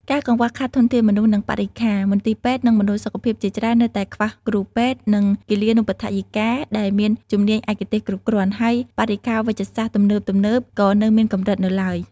ការកង្វះខាតធនធានមនុស្ស និងបរិក្ខារ មន្ទីរពេទ្យ និងមណ្ឌលសុខភាពជាច្រើននៅតែខ្វះគ្រូពេទ្យ និងគិលានុបដ្ឋាយិកាដែលមានជំនាញឯកទេសគ្រប់គ្រាន់ ហើយបរិក្ខារវេជ្ជសាស្ត្រទំនើបៗក៏នៅមានកម្រិតនៅឡើយ។